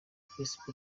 facebook